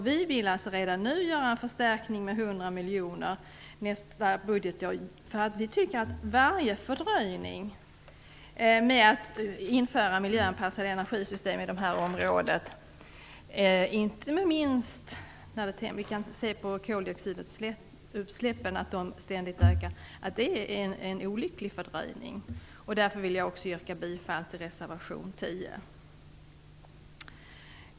Vi vill alltså göra en förstärkning med 100 miljoner redan nästa budgetår. Vi tycker att varje fördröjning med att införa miljöanpassade energisystem i de här områdena, inte minst när vi ser att koldioxidutsläppen ständigt ökar, är olycklig. Därför yrkar jag bifall till reservation 10.